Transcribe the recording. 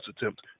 attempt